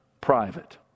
private